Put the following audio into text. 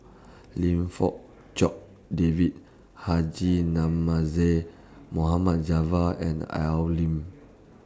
Lim Fong Jock David Haji Namazie Mohamed Javad and Al Lim